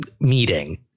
meeting